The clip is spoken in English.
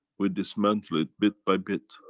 we dismantle it bit by bit.